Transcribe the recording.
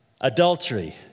Adultery